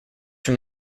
from